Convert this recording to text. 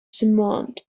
summoned